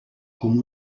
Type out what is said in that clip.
com